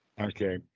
okay